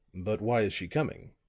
but why is she coming?